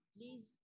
Please